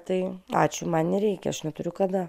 tai ačiū man nereikia aš neturiu kada